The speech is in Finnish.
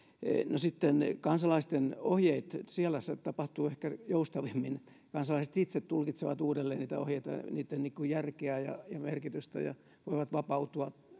no sitten kansalaisten ohjeissa se tapahtuu ehkä joustavimmin kansalaiset itse tulkitsevat uudelleen niitä ohjeita ja niitten järkeä ja ja merkitystä ja voivat vapautua